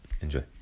enjoy